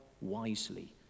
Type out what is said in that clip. wisely